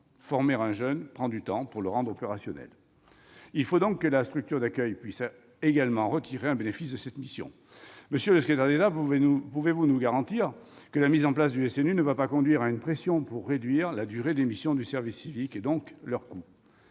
Former un jeune, le rendre opérationnel prend du temps. Or il faut que la structure d'accueil puisse également tirer un bénéfice de cette mission. Monsieur le secrétaire d'État, pouvez-vous nous garantir que la mise en place du SNU ne va pas conduire à une pression pour réduire la durée des missions du service civique et, donc, leur coût ?